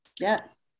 yes